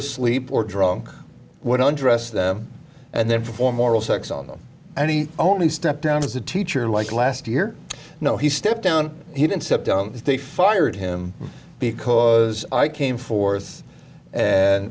asleep or drunk when under arrest and then perform oral sex on them and he only stepped down as a teacher like last year no he stepped down he didn't step down they fired him because i came forth and